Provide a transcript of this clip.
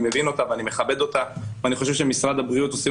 מבין אותה ואני מכבד אותה ואני חושב שבמשרד הבריאות עושים